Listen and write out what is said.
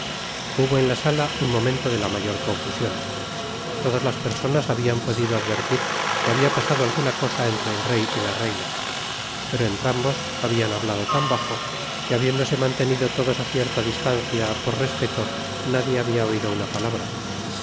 hubo en la sala'un momento de la mayor confusion todas las personas habían podido advertir que habia pasado alguna cosa entre el rey y la reina pero entrambos habian hablado tan bajo que habiéndose mantenido todosá cierta distancia por respeto nadie habia oido una palabra